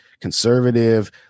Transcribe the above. conservative